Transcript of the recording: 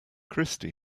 christy